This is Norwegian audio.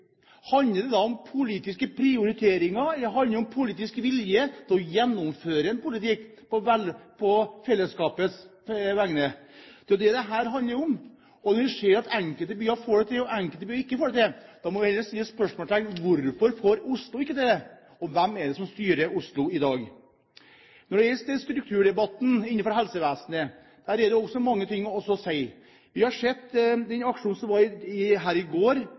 Handler det da om politiske prioriteringer, eller handler det om politisk vilje til å gjennomføre en politikk på vegne av fellesskapet? Det er jo det dette handler om. Og når vi ser at enkelte byer får det til, og enkelte byer ikke får det til, må vi heller stille spørsmålene: Hvorfor får ikke Oslo det til? Hvem er det som styrer Oslo i dag? Når det gjelder strukturdebatten innenfor helsevesenet, er det også mye å si. Den aksjonen som var her i går,